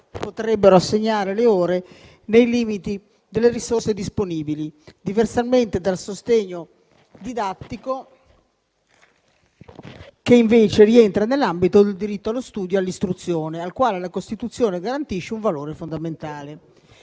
potrebbero assegnare le ore nei limiti delle risorse disponibili, diversamente dal sostegno didattico, che invece rientra nell'ambito del diritto allo studio e all'istruzione, al quale la Costituzione garantisce un valore fondamentale.